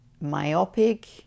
myopic